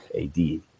AD